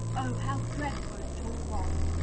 oh! how dreadful it all was!